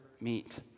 meet